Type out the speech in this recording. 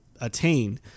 attain